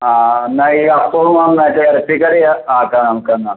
ആ എന്നാൽ ഈ അപ്പോം ആ മറ്റേ ഇറച്ചിക്കറിയും ആക്കാം നമുക്കെന്നാൽ